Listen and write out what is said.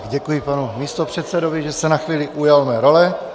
Děkuji panu místopředsedovi, že se na chvíli ujal mé role.